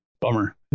Bummer